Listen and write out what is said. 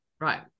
Right